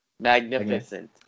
magnificent